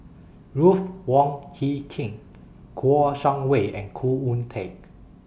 Ruth Wong Hie King Kouo Shang Wei and Khoo Oon Teik